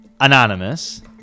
Anonymous